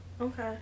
Okay